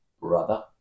brother